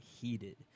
heated